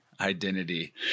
identity